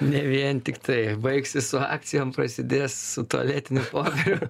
ne vien tiktai baigsis su akcijom prasidės su tualetiniu popieriu